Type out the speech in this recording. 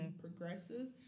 progressive